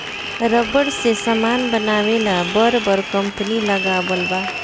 rubber से समान बनावे ला बर बर कंपनी लगावल बा